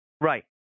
Right